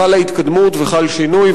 חלה התקדמות וחל שינוי,